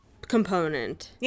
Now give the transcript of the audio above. component